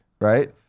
right